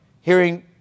hearing